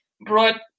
brought